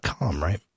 right